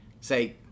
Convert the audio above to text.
say